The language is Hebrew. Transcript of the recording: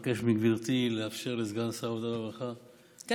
אני אבקש מגברתי לאפשר לסגן שר העבודה והרווחה להוסיף.